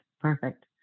Perfect